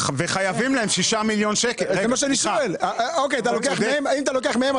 אם אתה לוקח מהם,